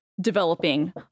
developing